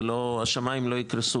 השמיים לא יקרסו.